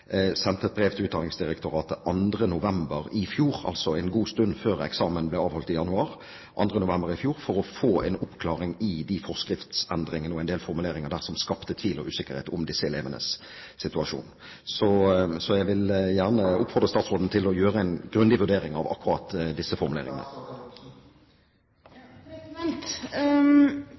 brev til Utdanningsdirektoratet 2. november i fjor, altså en god stund før eksamen ble avholdt i januar, for å få en oppklaring i de forskriftsendringene og en del formuleringer der som skapte tvil og usikkerhet om disse elevenes situasjon. Så jeg vil gjerne oppfordre statsråden til å gjøre en grundig vurdering av akkurat disse formuleringene.